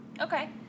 Okay